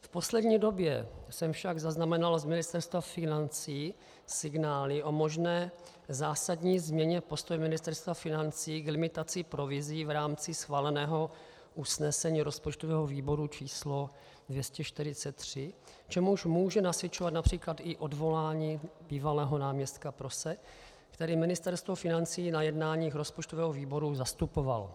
V poslední době jsem však zaznamenal z Ministerstva financí signály o možné zásadní změně postoje Ministerstva financí k limitaci provizí v rámci schváleného usnesení rozpočtového výboru č. 243, čemuž může nasvědčovat například i odvolání bývalého náměstka Prose, který Ministerstvo financí na jednáních rozpočtového výboru zastupoval.